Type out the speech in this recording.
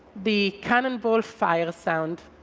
the cannonball fire sound.